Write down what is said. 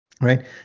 right